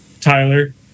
Tyler